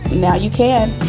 now you can.